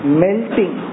melting